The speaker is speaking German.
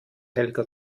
helga